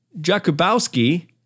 Jakubowski